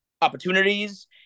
opportunities